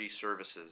services